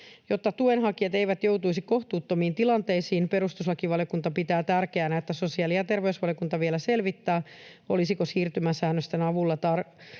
”Jotta tuenhakijat eivät joutuisi kohtuuttomiin tilanteisiin, perustuslakivaliokunta pitää tärkeänä, että sosiaali- ja terveysvaliokunta vielä selvittää, olisiko siirtymäsäännösten avulla